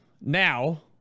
Now